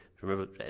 Remember